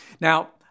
Now